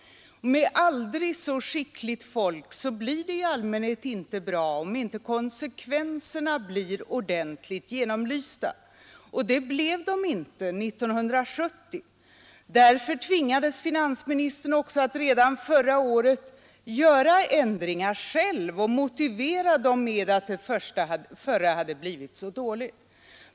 Med aldrig så skickligt folk blir det i allmänhet inte bra om inte konsekvenserna blir ordentligt genomlysta, och det blev de inte 1970. Dä för tvingades finansministern också att redan förra året göra ändringar och själv motivera dem med att den förra ändringen hade blivit så dålig.